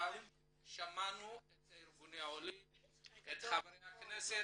--- שמענו את ארגוני העולים, את חברי הכנסת.